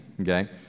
okay